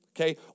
Okay